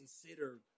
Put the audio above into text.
consider